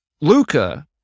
Luca